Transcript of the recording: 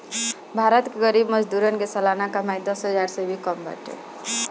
भारत के गरीब मजदूरन के सलाना कमाई दस हजार से भी कम बाटे